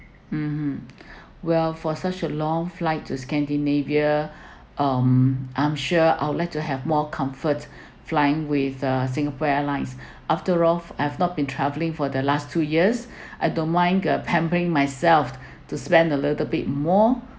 um mm well for such a long flight to scandinavia um I'm sure I would like to have more comfort flying with the singapore airlines after all I've not been travelling for the last two years I don't mind uh pampering myself to spend a little bit more